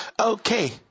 okay